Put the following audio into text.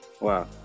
Wow